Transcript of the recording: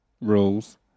rules